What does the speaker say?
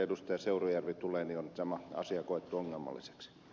seurujärvi tulee on sama asia koettu ongelmalliseksi